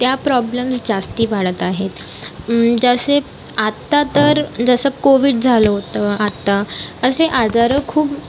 त्या प्रॉब्लम्स जास्ती वाढत आहेत जसे आत्ता तर जसं कोविड झालं होतं आता असे आजार खूप